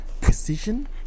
precision